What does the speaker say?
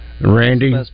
Randy